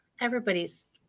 everybody's